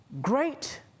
great